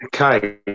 Okay